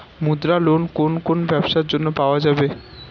মুদ্রা লোন কোন কোন ব্যবসার জন্য পাওয়া যাবে?